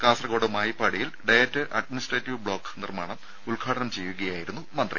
കാസർകോട് മായിപ്പാടിയിൽ DIET administrative block നിർമ്മാണം ഉദ്ഘാടനം ചെയ്യുകയായിരുന്നു മന്ത്രി